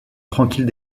tranquille